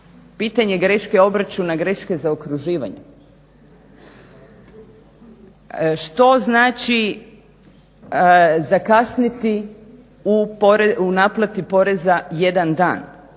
Pitanje greške obračuna, greške zaokruživanja. Što znači zakasniti u naplati poreza jedan dan?